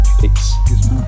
Peace